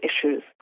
issues